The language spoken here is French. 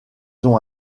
ont